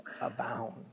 abound